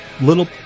little